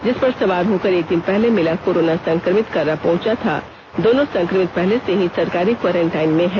जिस पर सवार होकर एक दिन पहले मिला कोरोना संक्रमित कर्रा पहुंचा था दोनों संक्रमित पहर्ल से ही सरकारी क्वारेंटाइन में हैं